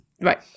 Right